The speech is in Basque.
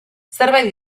zerbait